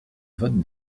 vote